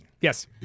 Yes